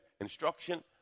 instruction